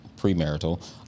premarital